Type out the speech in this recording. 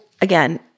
again